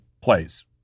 plays